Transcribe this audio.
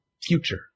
future